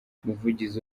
umuvugizi